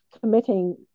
committing